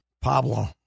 Pablo